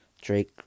drake